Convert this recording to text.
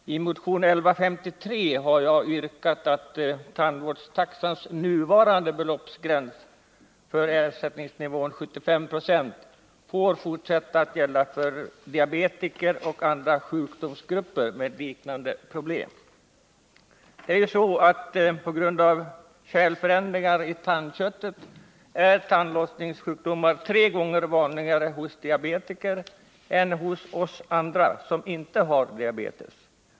Herr talman! I motion 1153 har jag yrkat att tandvårdstaxans nuvarande beloppsgräns för ersättningsnivån 75 9 får fortsätta att gälla för diabetiker och andra grupper av sjuka med liknande problem. På grund av kärlförändringar i tandköttet är tandlossningssjukdomar tre gånger vanligare hos diabetiker än hos oss andra, som inte har diabetes.